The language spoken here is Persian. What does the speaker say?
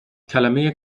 کلمه